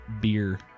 beer